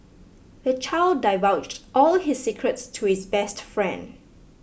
the child divulged all his secrets to his best friend